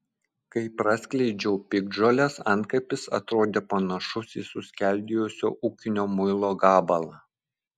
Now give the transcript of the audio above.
kai praskleidžiau piktžoles antkapis atrodė panašus į suskeldėjusio ūkinio muilo gabalą